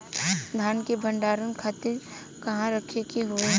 धान के भंडारन खातिर कहाँरखे के होई?